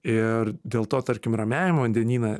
ir dėl to tarkim ramiajam vandenyne